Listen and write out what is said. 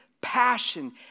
passion